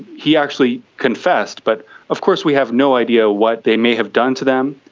he actually confessed, but of course we have no idea what they may have done to them.